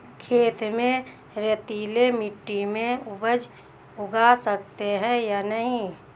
खेत में रेतीली मिटी में उपज उगा सकते हैं या नहीं?